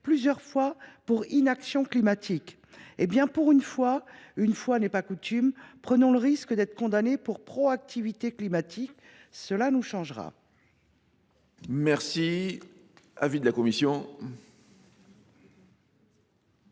plusieurs fois pour inaction climatique. Une fois n’est pas coutume, prenons le risque d’être condamnés pour proactivité climatique. Cela nous changera ! Quel est l’avis de la commission